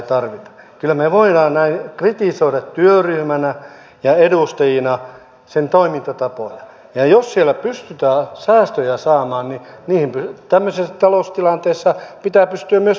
kyllä me voimme näin kritisoida työryhmänä ja edustajina sen toimintatapoja ja jos siellä pystytään säästöjä saamaan niin niihin tämmöisessä taloustilanteessa pitää pystyä myös puuttumaan